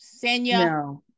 Sanya